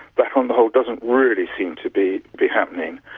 that on the whole doesn't really seem to be be happening.